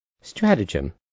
stratagem